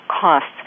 costs